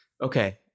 Okay